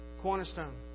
Cornerstone